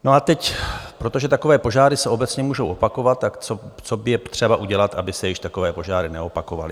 No a teď, protože takové požáry se obecně můžou opakovat, tak co je třeba udělat, aby se již takové požáry neopakovaly?